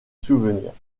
souvenirs